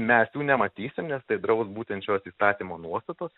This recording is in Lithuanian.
mes jų nematysim nes tai draus būtent šios įstatymo nuostatos